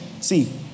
See